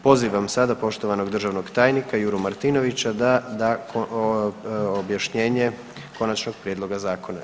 Pozivam sada poštovanog državnog tajnika Juru Martinovića da da objašnjenje konačnog prijedloga zakona.